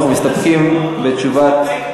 אנחנו מסתפקים בתשובת,